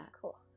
Cool